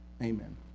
Amen